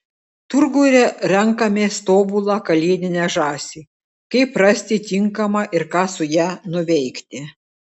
turguje renkamės tobulą kalėdinę žąsį kaip rasti tinkamą ir ką su ja nuveikti